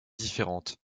différente